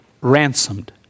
ransomed